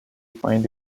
find